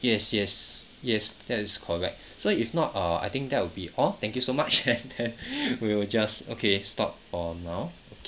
yes yes yes that is correct so if not uh I think that will be all thank you so much and then we will just okay stop for now okay